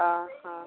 ଓଃ